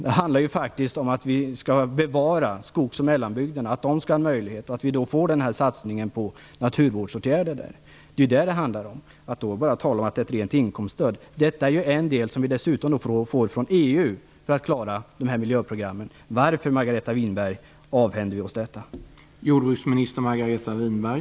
Det handlar om att vi skall bevara skogs och mellanbygderna, att de skall ha möjligheter och att det måste bli en satsning på naturvårdsåtgärder där. Man kan alltså inte säga att det är ett rent inkomststöd. Detta är en del, som vi dessutom får från EU för att klara miljöprogrammen. Varför avhänder vi oss detta, Margareta Winberg?